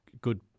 good